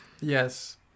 Yes